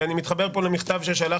ואני מתחבר למכתב ששלח